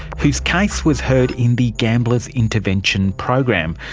whose case was heard in the gambler's intervention program,